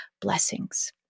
blessings